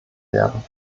werden